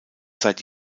seit